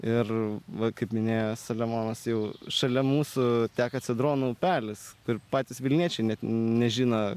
ir va kaip minėjo selemonas jau šalia mūsų teka cedrono upelis ir patys vilniečiai net nežino